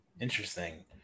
Interesting